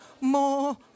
more